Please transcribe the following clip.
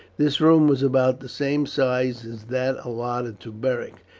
this room was about the same size as that allotted to beric,